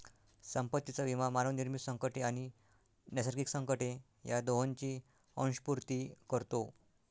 संपत्तीचा विमा मानवनिर्मित संकटे आणि नैसर्गिक संकटे या दोहोंची अंशपूर्ती करतो